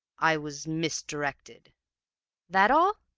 i was misdirected that all?